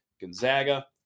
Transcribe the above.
Gonzaga